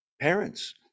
parents